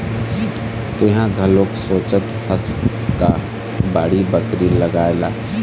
तेंहा घलोक सोचत हस का बाड़ी बखरी लगाए ला?